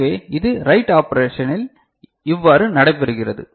எனவே இது ரைட் ஆப்ரேஷனில் இவ்வாறு நடைபெறுகிறது